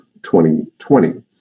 2020